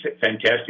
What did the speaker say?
fantastic